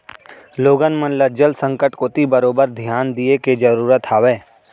लोगन मन ल जल संकट कोती बरोबर धियान दिये के जरूरत हावय